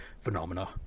phenomena